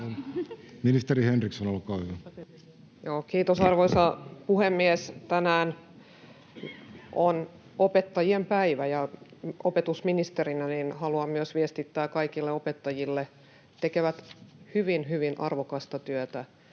Time: 16:08 Content: Kiitos, arvoisa puhemies! Tänään on opettajien päivä, ja opetusministerinä haluan myös viestittää kaikille opettajille: he tekevät hyvin, hyvin arvokasta työtä